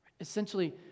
Essentially